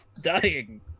dying